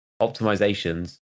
optimizations